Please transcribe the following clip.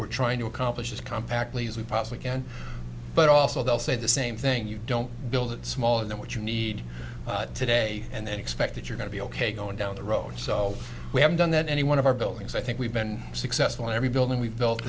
we're trying to accomplish as compact lead as we possibly can but also they'll say the same thing you don't build it's all of that what you need today and expect that you're going to be ok going down the road so we haven't done that any one of our buildings i think we've been successful in every building we